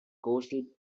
coastal